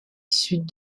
sud